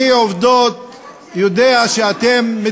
אתה שומע את עצמך?